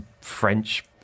French